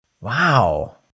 Wow